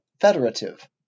federative